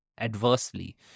adversely